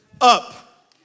up